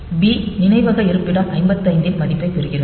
b நினைவக இருப்பிடம் 55 ன் மதிப்பைப் பெறுகிறது